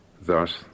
Thus